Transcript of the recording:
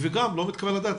וגם לא מתקבל על הדעת,